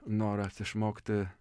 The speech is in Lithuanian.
noras išmokti